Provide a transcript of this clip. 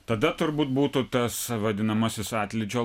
tada turbūt būtų tas vadinamasis atlydžio